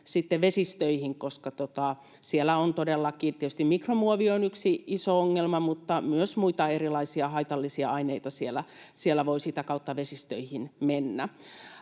tietysti mikromuovi on yksi iso ongelma mutta myös muita erilaisia haitallisia aineita voi sitä kautta vesistöihin mennä.